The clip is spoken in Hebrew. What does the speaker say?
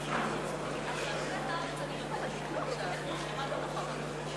הסתייגות 33 לסעיף 8 לא התקבלה.